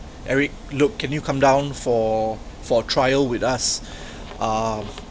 eric look can you come down for for trial with us uh